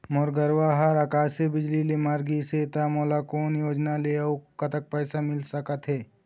मोर गरवा हा आकसीय बिजली ले मर गिस हे था मोला कोन योजना ले अऊ कतक पैसा मिल सका थे?